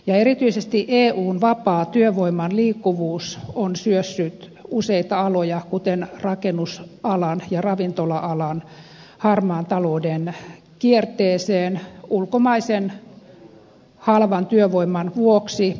erityisesti eun vapaa työvoiman liikkuvuus on syössyt useita aloja kuten rakennusalan ja ravintola alan harmaan talouden kierteeseen ulkomaisen halvan työvoiman vuoksi